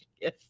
Yes